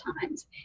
times